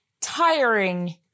tiring